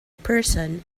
person